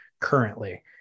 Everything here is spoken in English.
currently